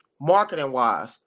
marketing-wise